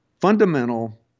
fundamental